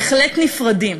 בהחלט נפרדים.